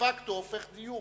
דה-פקטו הופך דה-יורה,